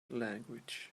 language